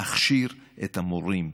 להכשיר את המורים.